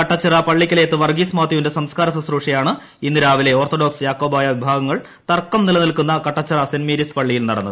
കട്ടച്ചിറ പള്ളിക്കലേത്ത് വർഗീസ് മാത്യുവിന്റെ സംസ്കാര ശുശ്രൂഷയാണ് ഇന്ന് രാവിലെ ഓർത്തഡോക്സ് യാക്കോബായ വിഭാഗങ്ങൾ തമ്മിൽ തർക്കം നിലനിൽക്കുന്ന മേരീസ് കട്ടച്ചിറ സെന്റ് പള്ളിയിൽ നടന്നത്